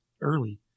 early